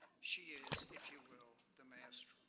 she is, if you will, the master.